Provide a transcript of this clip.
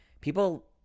people